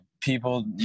people